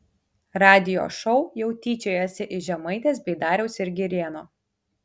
radijo šou jau tyčiojasi iš žemaitės bei dariaus ir girėno